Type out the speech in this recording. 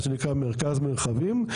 מה שנקרא מרכז מרחבים,